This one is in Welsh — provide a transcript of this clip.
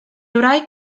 wraig